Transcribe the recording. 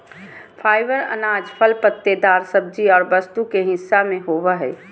fibre अनाज, फल पत्तेदार सब्जी और वस्तु के हिस्सा में होबो हइ